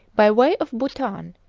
by way of bhutan,